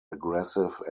aggressive